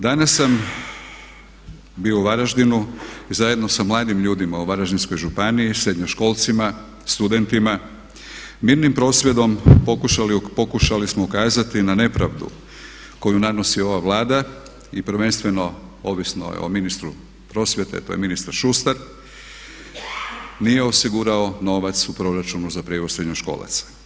Danas sam bio u Varaždinu i zajedno sa mladim ljudima u Varaždinskoj županiji, srednjoškolcima, studentima, mirnim prosvjedom pokušali smo ukazati na nepravdu koju nanosi ova Vlada i prvenstveno ovisno je o ministru prosvjete, to je ministar Šustar nije osigurao novac u proračunu za prijevoz srednjoškolaca.